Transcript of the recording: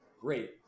great